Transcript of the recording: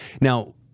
Now